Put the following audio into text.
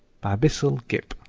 bissell gip